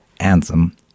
Anthem